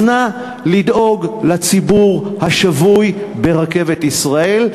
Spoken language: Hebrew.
אז נא לדאוג לציבור השבוי ברכבת ישראל.